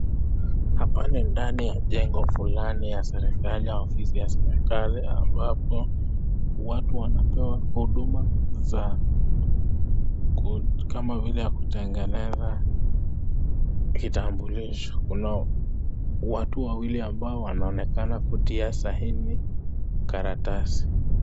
Hapa ni ndani ya jengo fulani ya serikali au ofisi ya serikali, ambapo watu wanapewa huduma za kama vile ya kutengeneza kitambulisho. Kuna watu wawili ambao wanaonekana kutia saini karatasi.